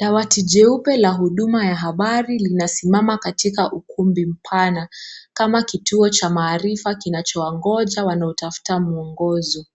Dawati jeupe la huduma ya habari linasimama katika ukumbi mpana kama kituo cha maarifa kínachowangoja wanaotafuta muongozo.